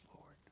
Lord